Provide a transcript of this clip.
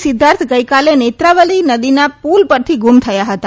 સિદ્ધાર્થ ગઇકાલે નેત્રવલી નદીના પૂલ પરથી ગુમ થયા હતા